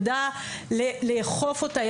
ידע לאכוף אותה,